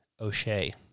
O'Shea